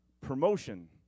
promotion